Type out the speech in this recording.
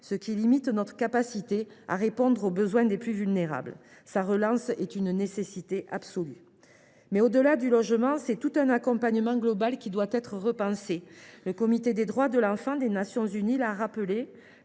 ce qui limite notre capacité à répondre aux besoins des plus vulnérables. Sa relance est une nécessité absolue. Au delà du logement, c’est tout un accompagnement global qui doit être repensé. Le Comité des droits de l’enfant des Nations unies l’a rappelé